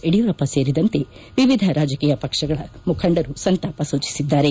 ಯಡಿಯೂರಪ್ಪ ಸೇರಿದಂತೆ ವಿವಿಧ ರಾಜಕೀಯ ಪಕ್ಷಗಳ ಮುಖಂಡರು ಸಂತಾಪ ಸೂಚಿಸಿದ್ದಾರೆ